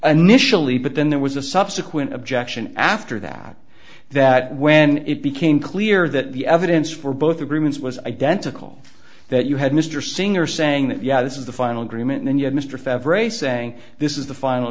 initially but then there was a subsequent objection after that that when it became clear that the evidence for both agreements was identical that you had mr singer saying that yeah this is the final agreement and yet mr if ever a saying this is the final